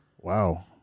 Wow